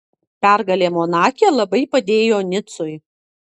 pergalė monake labai padėjo nicui